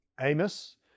Amos